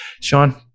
Sean